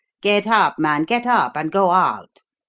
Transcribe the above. get up, man get up and go out.